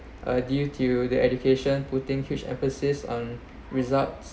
uh due to the education putting huge emphasis on results